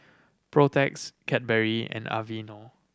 Protex Cadbury and Aveeno